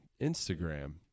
Instagram